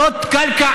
מי טוען?